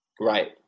Right